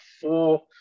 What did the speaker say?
four